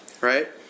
Right